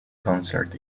concert